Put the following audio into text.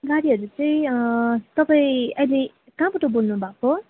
गाडीहरू चाहिँ तपाईँ अहिले कहाँबाट बोल्नु भएको